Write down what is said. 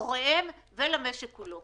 להוריהם ולמשק כולו.